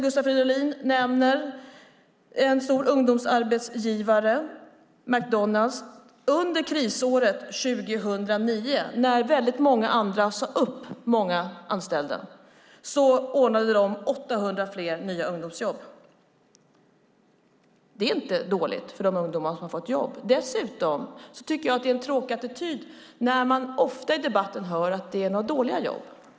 Gustav Fridolin nämner en stor ungdomsarbetsgivare, nämligen McDonalds. Under krisåret 2009, när väldigt många andra sade upp många anställda, ordnade man där 800 fler nya ungdomsjobb. Det är inte dåligt för de ungdomar som har fått jobb. Jag tycker att det är en tråkig attityd när man, som så ofta i debatten, säger att det är dåliga jobb.